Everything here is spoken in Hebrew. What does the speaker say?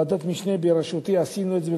ועדות משנה בראשותי עשו את זה,